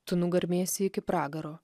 tu nugarmėsi iki pragaro